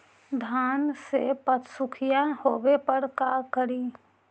धान मे पत्सुखीया होबे पर का करि?